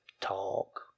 talk